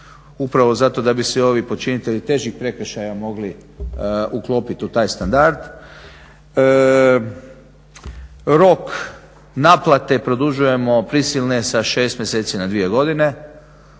upravo zato da bi svi ovi počinitelji težih prekršaja mogli uklopiti u taj standard. Rok naplate prisilne produžujemo sa 6 mjeseci na 2 godine.